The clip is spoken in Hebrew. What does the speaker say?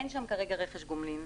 אין שם כרגע רכש גומלין.